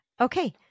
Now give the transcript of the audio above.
Okay